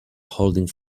holding